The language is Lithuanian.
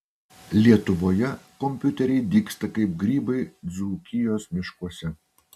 lietuvoje kompiuteriai dygsta kaip grybai dzūkijos miškuose